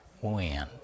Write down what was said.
wind